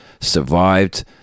survived